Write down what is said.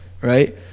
right